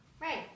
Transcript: Right